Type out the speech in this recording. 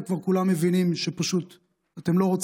וכולם כבר מבינים,